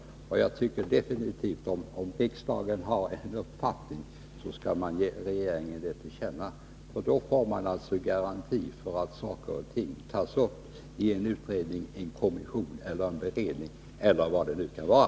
Jag tycker definitivt att om riksdagen har en uppfattning, skall man ge regeringen denna till känna. Då får man en garanti för att saker och ting tas upp i en utredning, i en kommission, i en beredning eller vad det nu kan vara.